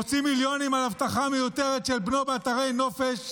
מוציא מיליונים על אבטחה מיותרת של בנו באתרי נופש,